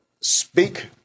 speak